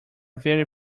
very